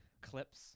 clips